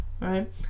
right